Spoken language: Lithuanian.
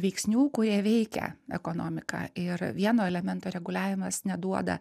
veiksnių kurie veikia ekonomiką ir vieno elemento reguliavimas neduoda